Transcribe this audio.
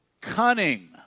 cunning